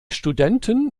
studenten